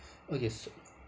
okay so